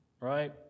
right